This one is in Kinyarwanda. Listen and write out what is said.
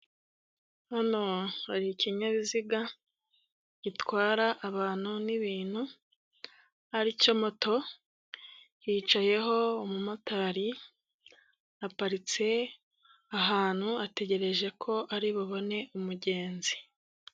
Hano hari ikinyabiziga gitwara abantu n'ibintu aricyo moto, hicayeho umumotari aparitse ahantu ategereje ko ari bubone umugenzi.